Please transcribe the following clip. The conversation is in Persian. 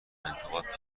انتقاد